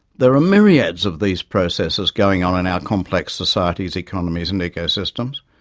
there are myriads of these processes going on in our complex societies, economies and ecosystems.